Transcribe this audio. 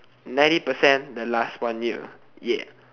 ninety percent the last one year ya